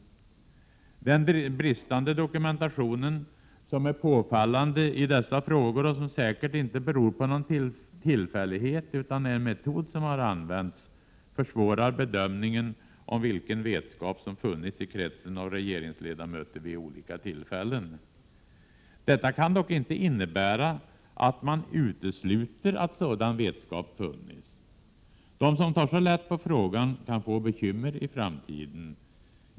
Den bristande dokumentationen — som är påfallande i dessa frågor och som säkert inte beror på någon tillfällighet utan är en metod som använts — försvårar bedömningen av vilken vetskap som funnits i kretsen av regeringsledamöter vid olika tillfällen. Detta kan dock inte innebära att man utesluter att sådan vetskap funnits. De som tar så lätt på frågan kan få bekymmer i framtiden.